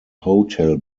hotel